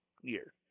year